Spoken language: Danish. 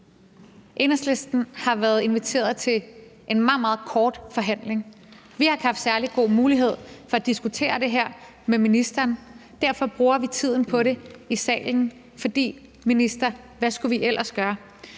Enhedslisten har været inviteret til en meget, meget kort forhandling. Vi har ikke haft særlig god mulighed for at diskutere det her med ministeren. Derfor bruger vi tiden på det i salen, for, minister, hvad skulle vi ellers gøre?